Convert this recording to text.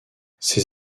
ses